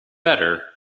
better